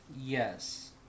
Yes